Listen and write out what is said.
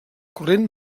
corrent